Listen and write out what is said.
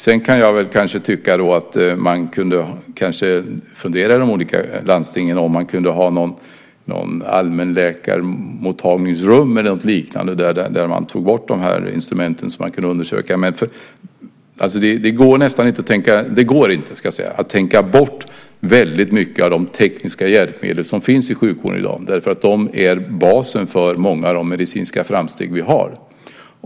Sedan kan jag tycka att man i de olika landstingen kanske borde fundera på att just för undersökning av dessa patienter ha någon form av allmänt mottagningsrum där man tog bort instrumenten. Väldigt mycket av de tekniska hjälpmedel som i dag finns i sjukvården går inte att tänka bort eftersom de är basen för många av de medicinska framsteg vi har.